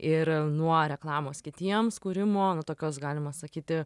ir nuo reklamos kitiems kūrimo nu tokios galima sakyti